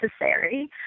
necessary